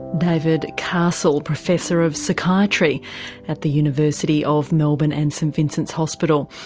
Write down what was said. david castle, professor of psychiatry at the university of melbourne and st vincent's hospital.